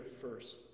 first